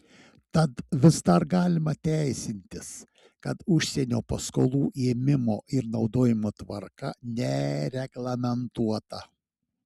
tad vis dar galima teisintis kad užsienio paskolų ėmimo ir naudojimo tvarka nereglamentuota